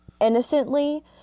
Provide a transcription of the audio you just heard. innocently